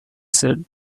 said